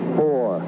four